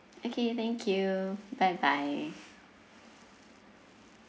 okay thank you bye bye